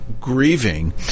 grieving